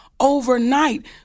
Overnight